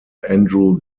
andrew